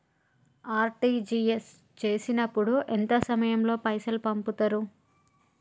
RTGS చేసినప్పుడు ఎంత సమయం లో పైసలు పంపుతరు?